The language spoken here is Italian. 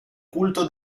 culto